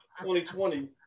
2020